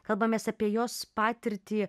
kalbamės apie jos patirtį